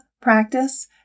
practice